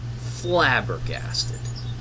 flabbergasted